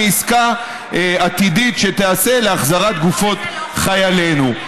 מעסקה עתידית שתיעשה להחזרת גופות חיילינו.